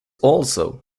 also